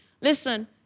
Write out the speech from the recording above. listen